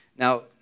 Now